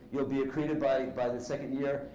you'll be accreted by the by the second year.